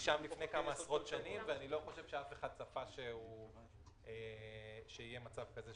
לפני כמה עשרות שנים ואני לא חושב שאף אחד צפה שיהיה מצב כזה,